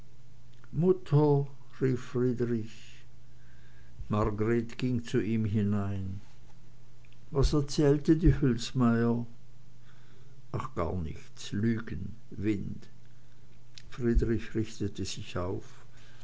mutter rief friedrich margreth ging zu ihm hinein was erzählte die hülsmeyer ach gar nichts lügen wind friedrich richtete sich auf